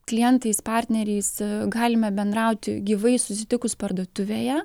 klientais partneriais galime bendrauti gyvai susitikus parduotuvėje